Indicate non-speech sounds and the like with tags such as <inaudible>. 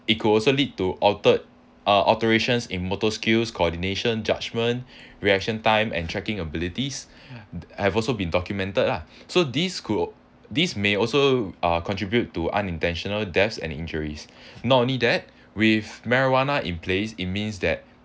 it could also lead to altered or alterations in motor skills coordination judgment <breath> reaction time and checking abilities have also been documented lah so these sc~ these may also contribute to unintentional deaths and injuries not only that with marijuana in place it means that